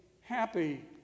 happy